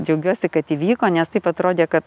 džiaugiuosi kad įvyko nes taip atrodė kad